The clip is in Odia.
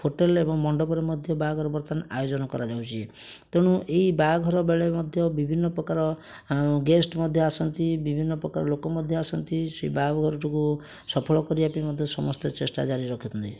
ହୋଟେଲ ଏବଂ ମଣ୍ଡପରେ ମଧ୍ୟ ବାହାଘର ବର୍ତ୍ତମାନ ଆୟୋଜନ କରାଯାଉଛି ତେଣୁ ଏଇ ବାହାଘର ବେଳେ ମଧ୍ୟ ବିଭିନ୍ନପ୍ରକାର ଗେଷ୍ଟ ମଧ୍ୟ ଆସନ୍ତି ବିଭିନ୍ନପ୍ରକାର ଲୋକ ମଧ୍ୟ ଆସନ୍ତି ସେଇ ବାହାଘରଟିକୁ ସଫଳ କରିବାପାଇଁ ମଧ୍ୟ ସମସ୍ତେ ଚେଷ୍ଟା ଜାରି ରଖିଛନ୍ତି